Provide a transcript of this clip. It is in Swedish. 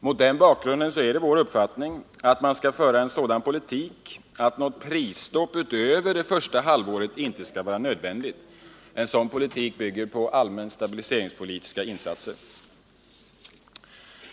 Mot den bakgrunden är det vår uppfattning att man skall föra en sådan politik att något prisstopp utöver det första halvåret inte skall vara nödvändigt. En sådan politik bygger på allmänt stabiliseringspolitiska insatser.